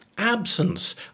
absence